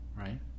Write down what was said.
right